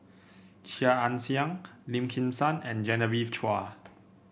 Chia Ann Siang Lim Kim San and Genevieve Chua